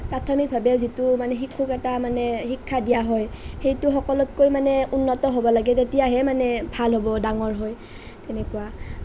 প্ৰাথমিক ভাৱে মানে শিশুক এটা শিক্ষা দিয়া হয় সেইটো সকলোতকৈ মানে উন্নত হ'ব লাগে তেতিয়াহে মানে ভাল হ'ব ডাঙঙৰ হৈ তেনেকুৱা